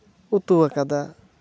ᱩᱛᱩ ᱟᱠᱟᱫᱟ